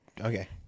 Okay